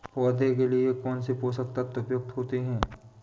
पौधे के लिए कौन कौन से पोषक तत्व उपयुक्त होते हैं?